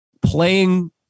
playing